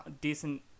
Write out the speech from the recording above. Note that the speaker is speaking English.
decent